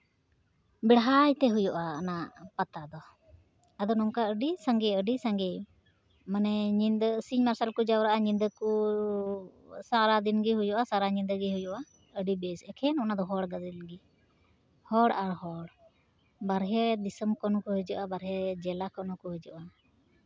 ᱵᱮᱲᱦᱟᱭᱛᱮ ᱦᱩᱭᱩᱜᱼᱟ ᱚᱱᱟ ᱯᱟᱛᱟ ᱫᱚ ᱟᱫᱚ ᱱᱚᱝᱠᱟ ᱟᱹᱰᱤ ᱥᱟᱸᱜᱮ ᱟᱹᱰᱤ ᱥᱟᱸᱜᱮ ᱢᱟᱱᱮ ᱧᱤᱫᱟᱹ ᱥᱤᱧ ᱢᱟᱨᱥᱟᱞ ᱠᱚ ᱡᱟᱣᱨᱟᱜᱼᱟ ᱧᱤᱫᱟᱹ ᱠᱩ ᱥᱟᱨᱟᱫᱤᱱᱜᱮ ᱦᱩᱭᱩᱜᱼᱟ ᱥᱟᱨᱟ ᱧᱤᱫᱟᱹ ᱜᱮ ᱦᱩᱭᱩᱜᱼᱟ ᱟᱹᱰᱤ ᱵᱮᱥ ᱮᱠᱷᱮᱱ ᱚᱱᱟᱫᱚ ᱦᱚᱲ ᱜᱟᱫᱮᱞ ᱜᱮ ᱦᱚᱲ ᱟᱨ ᱵᱟᱦᱨᱮ ᱫᱤᱥᱚᱢ ᱠᱷᱚᱱ ᱦᱚᱸᱠᱚ ᱦᱤᱡᱩᱜᱼᱟ ᱵᱟᱦᱨᱮ ᱡᱮᱞᱟ ᱠᱷᱚᱱ ᱦᱚᱸᱠᱚ ᱦᱤᱡᱩᱜᱼᱟ